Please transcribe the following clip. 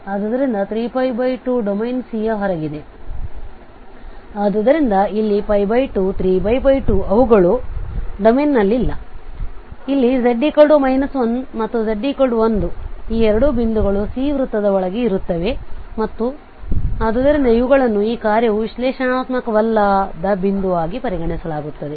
ಆದುದರಿಂದ 3π2 domain C ಯ ಹೊರಗಿದೆ ಆದ್ದರಿಂದ ಇಲ್ಲಿ 2 3π2ಅವುಗಳು ಡೊಮೇನ್ನಲ್ಲಿಲ್ಲ ಆದರೆ ಇಲ್ಲಿ z 1 ಮತ್ತು z 1 ಈ ಎರಡು ಬಿಂದುಗಳು C ವೃತ್ತದ ಒಳಗೆ ಇರುತ್ತವೆ ಮತ್ತು ಆದ್ದರಿಂದ ಅವುಗಳನ್ನು ಈಗ ಕಾರ್ಯವು ವಿಶ್ಲೇಷಣಾತ್ಮಕವಲ್ಲದ ಬಿಂದುವಾಗಿ ಪರಿಗಣಿಸಲಾಗುತ್ತದೆ